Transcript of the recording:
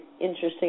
interesting